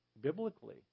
Biblically